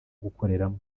gukoreramo